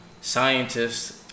scientists